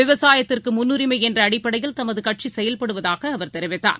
விவசாயத்திற்குமுன்னுரிமைஎன்றஅடிப்படையில் தமதுகட்சிசெயல்படுவதாகஅவர் தெரிவித்தார்